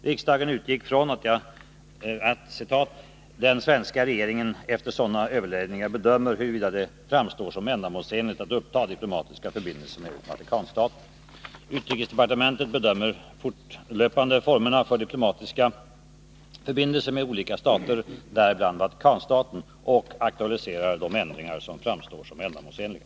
— Riksdagen utgick från ”att den svenska regeringen efter sådana överläggningar bedömer huruvida det framstår som ändamålsenligt att uppta diplomatiska förbindelser med Vatikanstaten.” Utrikesdepartementet bedömer fortlöpande formerna för diplomatiska förbindelser med olika stater, däribland Vatikanstaten, och aktualiserar de ändringar som framstår som ändamålsenliga.